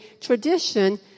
tradition